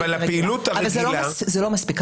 אבל זה לא מספיק.